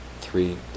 Three